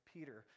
Peter